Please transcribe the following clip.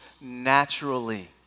naturally